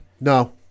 No